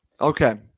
Okay